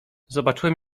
zobaczyłem